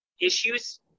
issues